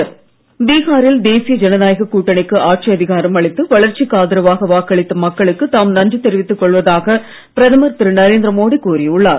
மோடி பீகார் பீகாரில் தேசிய ஜனநாயக கூட்டணிக்கு ஆட்சி அதிகாரம் அளித்து வளர்ச்சிக்கு ஆதரவாக வாக்களித்த மக்களுக்கு தாம் நன்றி தெரிவித்துக் கொள்வதாக பிரதமர் திரு நரேந்திர மோடி கூறி உள்ளார்